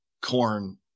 corn